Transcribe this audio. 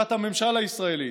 שיטת הממשל הישראלית,